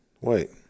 Wait